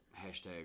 hashtag